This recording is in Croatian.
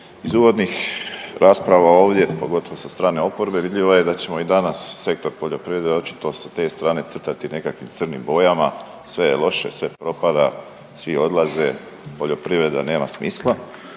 iz uvodnih rasprava ovdje pogotovo sa strane oporbe vidljivo je da ćemo i danas sektor poljoprivrede očito sa te strane crtati nekakvim crnim bojama. Sve je loše, sve propada, svi odlaze, poljoprivreda nema smisla,